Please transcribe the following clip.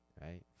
right